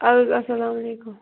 ادٕ حظ السلام علیکُم